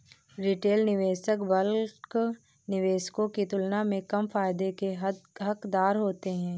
retail निवेशक bulk निवेशकों की तुलना में कम फायदे के हक़दार होते हैं